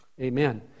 amen